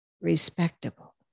respectable